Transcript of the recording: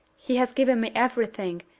he has given me every thing.